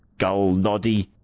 gull, noddy.